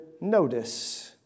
notice